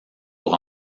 pour